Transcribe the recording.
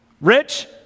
Rich